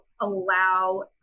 allow